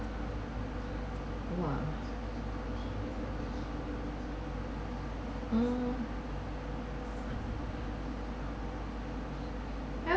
!wah! mm